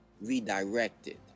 redirected